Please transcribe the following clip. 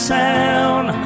sound